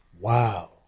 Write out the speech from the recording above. Wow